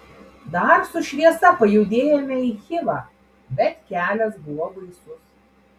dar su šviesa pajudėjome į chivą bet kelias buvo baisus